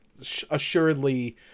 assuredly